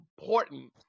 important